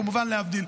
כמובן להבדיל.